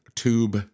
tube